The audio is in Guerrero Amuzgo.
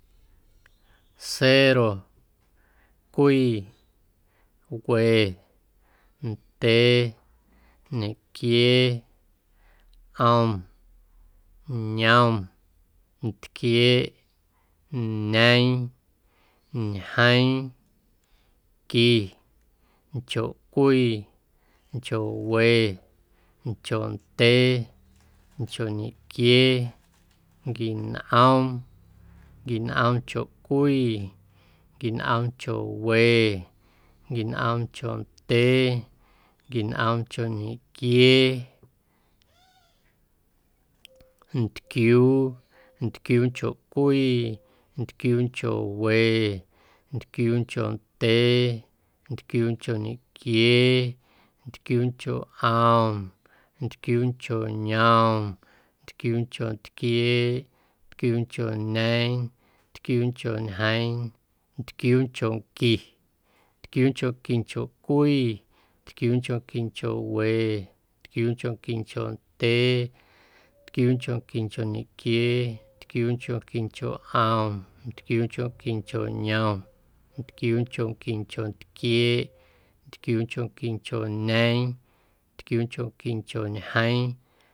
Cero, cwii, we, ndyee, ñequiee, ꞌom, yom, ntquieeꞌ, ñeeⁿ, ñjeeⁿ, qui, nchoꞌcwii, nchoꞌwe, nchoꞌndyee, nchoꞌ ñequiee, nquinꞌoom, nquinꞌoomncho cwii, nquinꞌoomncho we, nquinꞌoomncho ndyee, nquinꞌoomncho ñequiee, ntquiuu, ntquiuuncho cwii, ntquiuuncho we, ntquiuuncho ndyee, ntquiuuncho ñequiee, ntquiuuncho ꞌom, ntquiuuncho yom, ntquiuuncho ntquieeꞌ, ntquiuuncho ñeeⁿ, ntquiuuncho ñjeeⁿ, ntquiuunchonqui, ntquiuunchonquincho cwii, ntquiuunchonquincho we, ntquiuunchonquincho ndyee, ntquiuunchonquincho ñequiee, ntquiuunchonquincho ꞌom, ntquiuunchonquincho yom, ntquiuunchonquincho ntquieeꞌ, ntquiuunchonquincho ñeeⁿ, ntquiuunchonquincho ñjeeⁿ.